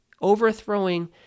overthrowing